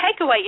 takeaway